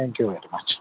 thank you very much